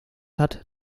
hat